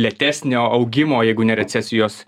lėtesnio augimo jeigu ne recesijos